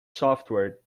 software